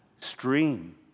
stream